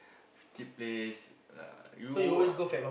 cheap place lah you uh